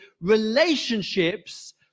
Relationships